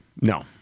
No